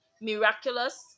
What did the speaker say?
miraculous